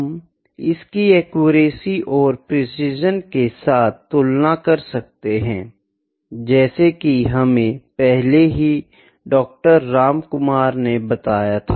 हम इसकी एक्यूरेसी और प्रिसिशन के साथ तुलना कर सकते है जैसा की हमे पहले ही डॉक्टर रामकुमार ने बताया था